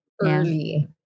early